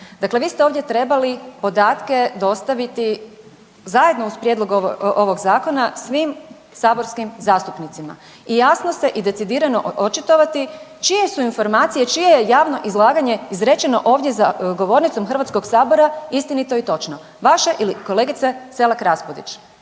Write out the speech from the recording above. Dakle, vi ste ovdje trebali podatke dostaviti zajedno uz prijedlog ovog zakona svim saborskim zastupnicima i jasno se i decidirano očitovati čije su informacije, čije je javno izlaganje izrečeno ovdje za govornicom HS-a istinito i točno, vaše ili kolegice Selak Raspudić